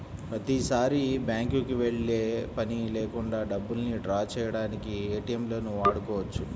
ప్రతిసారీ బ్యేంకుకి వెళ్ళే పని లేకుండా డబ్బుల్ని డ్రా చేయడానికి ఏటీఎంలను వాడుకోవచ్చు